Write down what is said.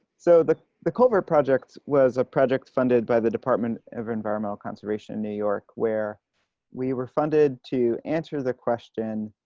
so the the culvert project was a project funded by the department of environmental conservation in new york, where we were funded to answer the question,